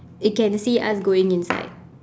it can see us going inside